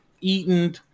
eaten